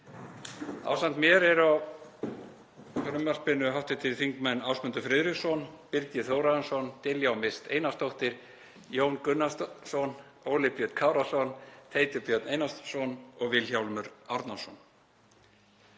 Ásamt mér eru á frumvarpinu hv. þingmenn Ásmundur Friðriksson, Birgir Þórarinsson, Diljá Mist Einarsdóttir, Jón Gunnarsson, Óli Björn Kárason, Teitur Björn Einarsson og Vilhjálmur Árnason.